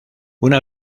una